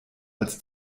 als